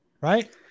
right